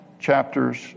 chapters